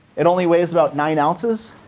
it only weighs about nine ounces.